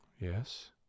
Yes